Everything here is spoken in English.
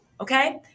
okay